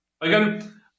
Again